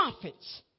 prophets